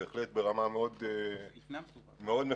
ברמה מאוד מפורטת.